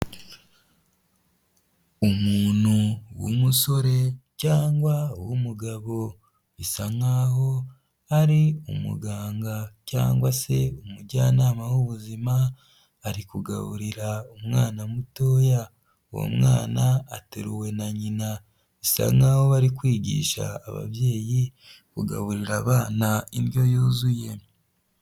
Umuntu w'umusore cyangwa w'umugabo bisa nkaho ari umuganga cyangwa se umujyanama w'ubuzima ari kugaburira umwana mutoya uwo mwana ateruwe na nyina, asa nkaho bari kwigisha ababyeyi kugaburira abana indyo yuzuye.